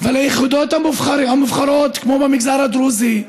וליחידות המובחרות, כמו המגזר הדרוזי,